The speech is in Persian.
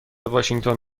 واشینگتن